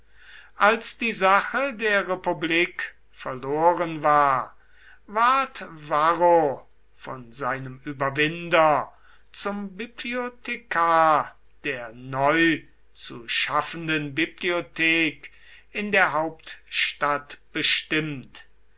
als die sache der republik verloren war ward varro von seinem überwinder zum bibliothekar der neu zu schaffenden bibliothek in der hauptstadt bestimmt